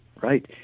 right